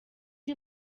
you